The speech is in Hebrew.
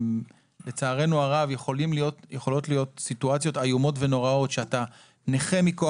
לצערנו הרב יכולות להיות סיטואציות איומות ונוראות שאתה נכה מכוח